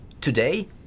today